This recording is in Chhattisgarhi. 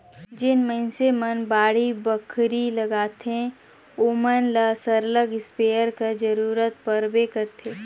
जेन मइनसे मन बाड़ी बखरी लगाथें ओमन ल सरलग इस्पेयर कर जरूरत परबे करथे